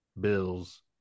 Bills